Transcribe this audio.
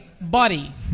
buddy